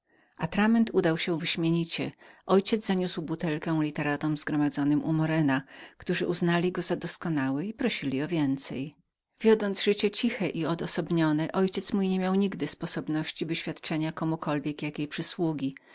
atrament udał się wyśmienicie mój ojciec zaniósł butelkę literatom zgromadzonym u morena którzy uznali go doskonałym i prosili o więcej ojciec mój wiodąc życie ciche i odosobnione nie miał nigdy sposobności wyświadczenia komukolwiek jakiej przysługi